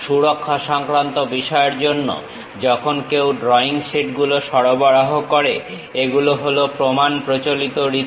সুরক্ষা সংক্রান্ত বিষয়ের জন্য যখন কেউ ড্রয়িং শীট গুলো সরবরাহ করে এগুলো হলো প্রমাণ প্রচলিত রীতি